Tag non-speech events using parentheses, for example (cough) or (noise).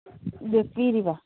(unintelligible)